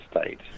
state